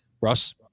Russ